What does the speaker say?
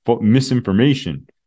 misinformation